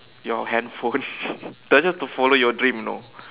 your handphone doesn't have to follow your dream you know